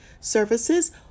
services